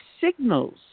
signals